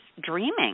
dreaming